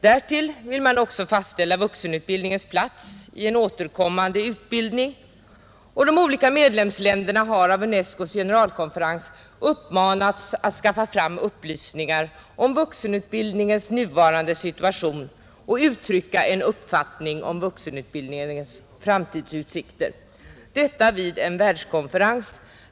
Därtill vill man också fastställa vuxenutbildningens plats i en återkommande utbildning, och de olika medlemsländerna har av UNESCO:s generalkonferens uppmanats att skaffa fram upplysningar om vuxenut bildningens nuvarande situation och uttrycka en uppfattning om vuxenutbildningens framtidsutsikter. Detta vid en världskonferens.